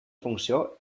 funció